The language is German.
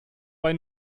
bei